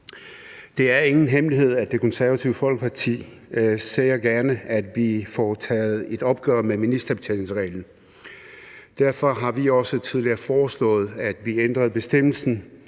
Det er ingen hemmelighed, at Det Konservative Folkeparti gerne ser, at vi får taget et opgør med ministerbetjeningsreglen. Derfor har vi også tidligere foreslået, at vi ændrer bestemmelsen